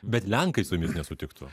bet lenkai su jumis nesutiktų